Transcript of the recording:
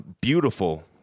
Beautiful